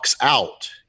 out